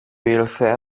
ήλθε